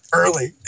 early